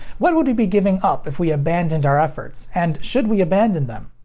what would we be giving up if we abandoned our efforts, and should we abandon them?